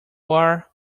are